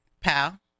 pal